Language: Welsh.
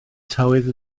tywydd